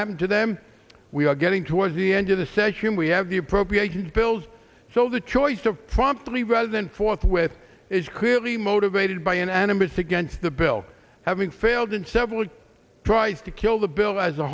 happened to them we are getting towards the end of the session we have the appropriations bills so the choice of font three resident forthwith is clearly motivated by an animus against the bill having failed in several tries to kill the bill as a